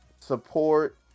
support